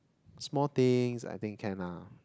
small things I think can ah